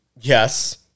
Yes